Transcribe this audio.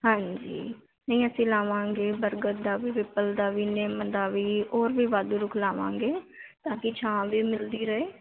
ਹਾਂਜੀ ਨਹੀਂ ਅਸੀਂ ਲਾਵਾਂਗੇ ਬਰਗਦ ਦਾ ਵੀ ਪਿੱਪਲ ਦਾ ਵੀ ਨਿੰਮ ਦਾ ਵੀ ਹੋਰ ਵੀ ਵਾਧੂ ਰੁੱਖ ਲਾਵਾਂਗੇ ਤਾਂਕਿ ਛਾਂ ਵੀ ਮਿਲਦੀ ਰਹੇ